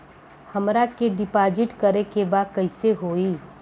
हमरा के डिपाजिट करे के बा कईसे होई?